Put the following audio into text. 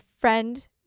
friend